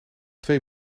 twee